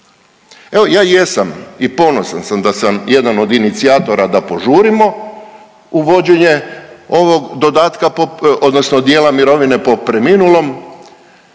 Evo ja jesam i ponosan sam da sam jedan od inicijatora da požurimo uvođenje ovog dodatka odnosno dijela mirovine po preminulom,